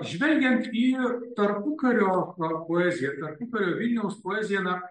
žvelgiant į tarpukario poeziją tarpukario vilniaus poezija na